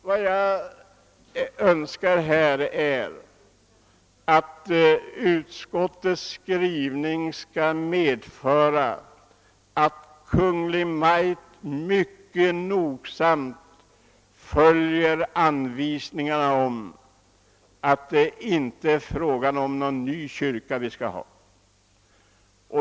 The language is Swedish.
Vad jag önskar är att utskottets skrivning skall medföra att Kungl. Maj:t mycket noga följer anvisningarna om att det inte är någon ny kyrka vi skall ha.